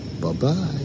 Bye-bye